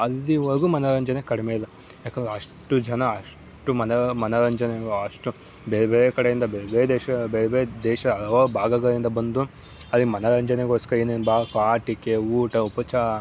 ಅಲ್ಲಿವರೆಗೂ ಮನೋರಂಜನೆ ಕಡಿಮೆ ಇಲ್ಲ ಯಾಕೆಂದ್ರೆ ಅಷ್ಟು ಜನ ಅಷ್ಟು ಮನ ಮನೋರಂಜನೆಗಳು ಅಷ್ಟು ಬೇರೆ ಬೇರೆ ಕಡೆಯಿಂದ ಬೇರೆ ಬೇರೆ ದೇಶ ಬೇರೆ ಬೇರೆ ದೇಶ ಹಲವು ಭಾಗಗಳಿಂದ ಬಂದು ಅಲ್ಲಿ ಮನೋರಂಜನೆಗೋಸ್ಕರ ಏನೇನು ಬೇಕು ಆಟಿಕೆ ಊಟ ಉಪಚಾರ